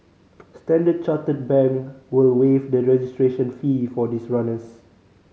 Standard Chartered Bank will waive the registration fee for these runners